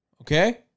Okay